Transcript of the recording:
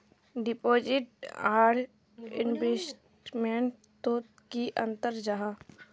Deposit आर investment तोत की अंतर जाहा?